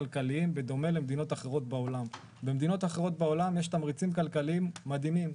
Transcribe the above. להגיד במדינות אחרות בעולם יש תמריצים כלכליים מדהימים.